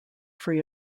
free